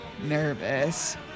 nervous